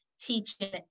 teaching